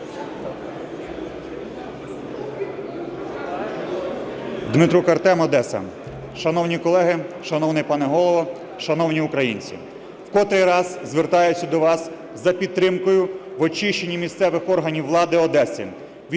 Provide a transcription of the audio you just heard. Дмитрук Артем, Одеса. Шановні колеги, шановний пане Голово, шановні українці! В котрий раз звертаюсь до вас за підтримкою в очищенні місцевих органів влади Одеси